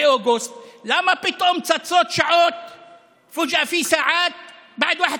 למה פתאום צצות שעות (אומר בערבית: פתאום יש שעות לאחר